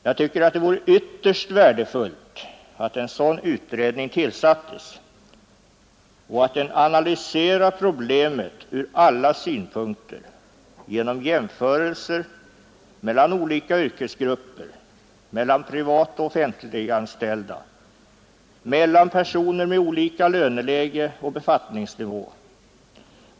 Jag tycker att det vore ytterst värdefullt om en sådan utredning tillsattes och om den analyserade problemet från alla synpunkter genom jämförelser mellan olika yrkesgrupper, mellan privatoch offentliganställda samt mellan personer med olika löneläge och befattningsnivå.